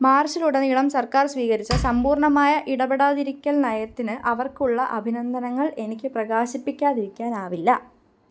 മാർച്ചിൽ ഉടനീളം സര്ക്കാര് സ്വീകരിച്ച സമ്പൂർണ്ണമായ ഇടപെടാതിരിക്കല് നയത്തിന് അവര്ക്കുള്ള അഭിനന്ദനങ്ങൾ എനിക്ക് പ്രകാശിപ്പിക്കാതിരിക്കാനാവില്ല